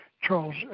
Charles